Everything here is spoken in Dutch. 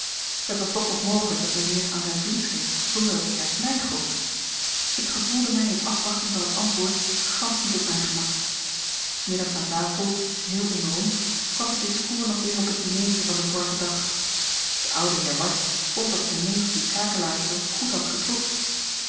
het was toch nog mogelijk dat mijnheer aan zijn vriend schreef zonder dat het juist mij gold ik gevoelde mij in afwachting van het antwoord gansch niet op mijn gemak s middags aan tafel geheel onder ons kwam het discours nog weer op het dinertje van den vorigen dag de oude heer ward vond dat zijn neef die kakelaarster goed had